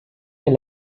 den